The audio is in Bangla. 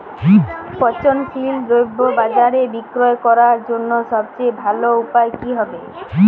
পচনশীল দ্রব্য বাজারে বিক্রয় করার জন্য সবচেয়ে ভালো উপায় কি হবে?